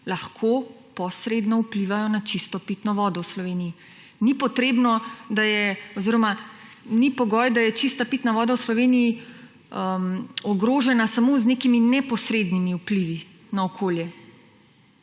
lahko posredno vplivajo na čisto pitno vodo v Sloveniji. Ni potrebno, da je oziroma ni pogoj, da je čista pitna voda v Sloveniji ogrožena samo z nekimi neposrednimi vplivi na okolje.